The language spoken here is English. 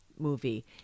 movie